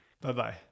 bye-bye